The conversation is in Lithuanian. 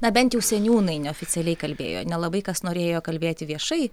na bent jau seniūnai neoficialiai kalbėjo nelabai kas norėjo kalbėti viešai